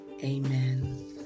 Amen